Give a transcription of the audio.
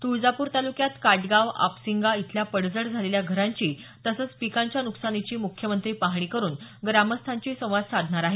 तुळजापूर तालुक्यात काटगाव अपसिंगा इथल्या पडझड झालेल्या घरांची तसंच पिकांच्या नुकसानाची मुख्यमंत्री पाहणी करून ग्रामस्थांशी संवाद साधणार आहेत